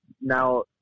Now